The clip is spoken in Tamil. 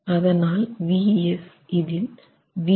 அதனால் Vs இதில் V என்பது 28